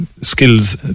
skills